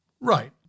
Right